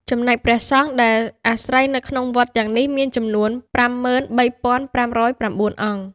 ចំណែកព្រះសង្ឃដែលអាស្រ័យនៅក្នុងវត្តទាំងនេះមាន ចំនួន ៥៣៥០៩ អង្គ ។